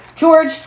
George